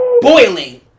Boiling